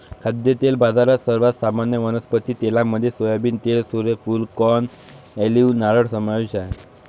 खाद्यतेल बाजारात, सर्वात सामान्य वनस्पती तेलांमध्ये सोयाबीन तेल, सूर्यफूल, कॉर्न, ऑलिव्ह, नारळ समावेश आहे